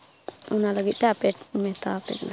ᱚᱱᱟ ᱞᱟᱹᱜᱤᱫ ᱛᱮ ᱟᱯᱮ ᱢᱮᱛᱟᱣᱟᱯᱮ ᱠᱟᱱᱟ